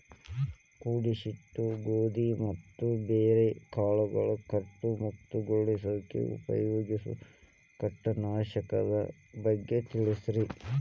ಕೂಡಿಸಿಟ್ಟ ಗೋಧಿ ಮತ್ತ ಬ್ಯಾರೆ ಕಾಳಗೊಳ್ ಕೇಟ ಮುಕ್ತಗೋಳಿಸಾಕ್ ಉಪಯೋಗಿಸೋ ಕೇಟನಾಶಕದ ಬಗ್ಗೆ ತಿಳಸ್ರಿ